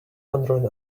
hundred